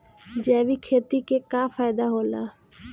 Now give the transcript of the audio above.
जैविक खेती क का फायदा होला?